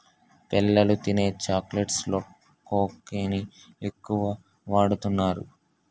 పిల్లలు తినే చాక్లెట్స్ లో కోకాని ఎక్కువ వాడుతున్నారు